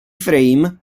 frame